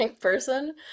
person